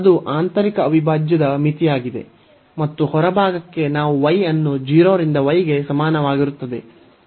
ಅದು ಆಂತರಿಕ ಅವಿಭಾಜ್ಯದ ಮಿತಿಯಾಗಿದೆ ಮತ್ತು ಹೊರಭಾಗಕ್ಕೆ ನಾವು y ಅನ್ನು 0 ರಿಂದ y ಗೆ ಸಮಾನವಾಗಿರುತ್ತದೆ a ಗೆ ಸಮಾನವಾಗಿರುತ್ತದೆ